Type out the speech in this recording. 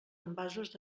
envasos